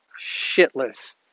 shitless